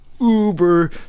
uber